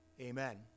Amen